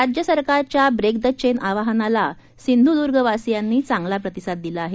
राज्य सरकारच्या break the chain आवाहनाला सिंधुदुर्गवासियांनी चांगला प्रतिसाद दिला आहे